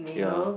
yeah